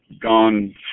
gone